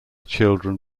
children